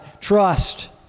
trust